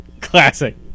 Classic